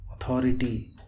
authority